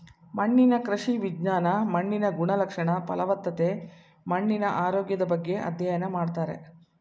ಮಣ್ಣಿನ ಕೃಷಿ ವಿಜ್ಞಾನ ಮಣ್ಣಿನ ಗುಣಲಕ್ಷಣ, ಫಲವತ್ತತೆ, ಮಣ್ಣಿನ ಆರೋಗ್ಯದ ಬಗ್ಗೆ ಅಧ್ಯಯನ ಮಾಡ್ತಾರೆ